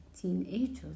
Teenagers